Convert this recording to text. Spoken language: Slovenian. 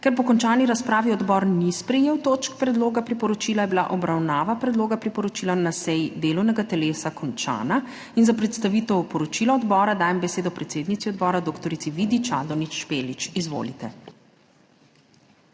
Ker po končani razpravi odbor ni sprejel točk predloga priporočila, je bila obravnava predloga priporočila na seji delovnega telesa končana in za predstavitev poročila odbora dajem besedo predsednici odbora, dr. Vidi Čadonič Špelič. Izvolite.